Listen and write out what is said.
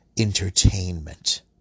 entertainment